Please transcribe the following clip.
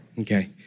Okay